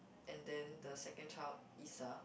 and then the second child Issa